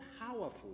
powerful